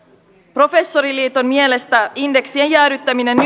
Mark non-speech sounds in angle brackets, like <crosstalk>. professoriliiton mielestä indeksien jäädyttäminen <unintelligible>